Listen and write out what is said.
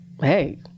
hey